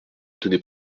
tenait